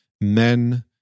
men